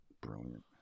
Brilliant